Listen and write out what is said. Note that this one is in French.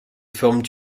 forment